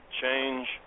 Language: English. change